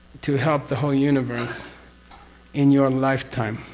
to help the whole universe in your lifetime.